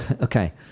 Okay